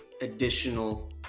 additional